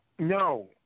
No